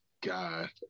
God